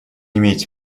имеете